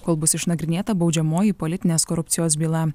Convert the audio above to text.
kol bus išnagrinėta baudžiamoji politinės korupcijos byla